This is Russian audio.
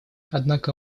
однако